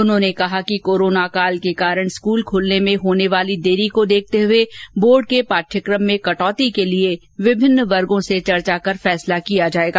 उन्होंने कहा कि कोरोनाकाल के कारण स्कूल खुलने में होने वाली देरी को देखते हुए बोर्ड के पाठ्यक्रम में कटौती के लिए विभिन्न वर्गो से चर्चा कर फैसला किया जाएगा